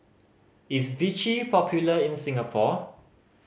is Vichy popular in Singapore